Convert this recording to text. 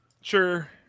sure